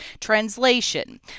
translation